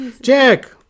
Jack